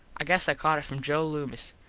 i guess i caught it from joe loomis.